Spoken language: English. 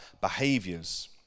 behaviors